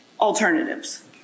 alternatives